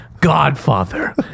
godfather